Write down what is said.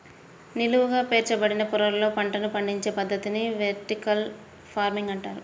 నిలువుగా పేర్చబడిన పొరలలో పంటలను పండించే పద్ధతిని వెర్టికల్ ఫార్మింగ్ అంటారు